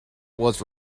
was